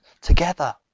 together